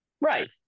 right